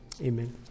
amen